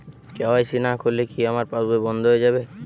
KYC না করলে কি আমার পাশ বই বন্ধ হয়ে যাবে?